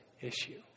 issue